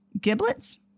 Giblets